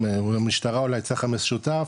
עם המשטרה אולי צח"מ משותף,